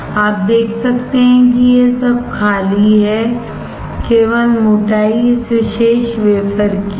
आप देख सकते हैं कि यह सब खाली है केवल मोटाई इस विशेष वेफरकी है